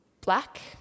black